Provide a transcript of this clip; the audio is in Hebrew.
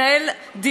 לא מנהלים.